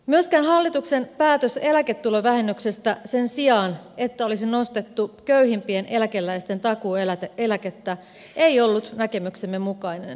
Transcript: myöskään hallituksen päätös eläketulovähennyksestä sen sijaan että olisi nostettu köyhimpien eläkeläisten takuueläkettä ei ollut näkemyksemme mukainen